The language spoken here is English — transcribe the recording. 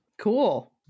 Cool